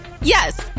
Yes